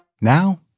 Now